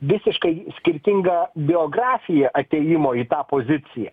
visiškai skirtinga biografija atėjimo į tą poziciją